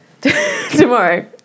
tomorrow